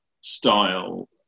style